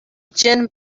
gin